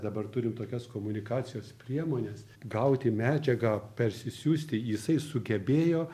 dabar turim tokias komunikacijos priemones gauti medžiagą persiųsti jisai sugebėjo